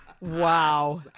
Wow